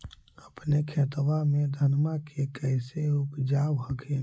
अपने खेतबा मे धन्मा के कैसे उपजाब हखिन?